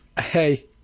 Hey